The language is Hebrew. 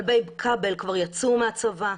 כלבי כבל כבר יצאו מהצבא,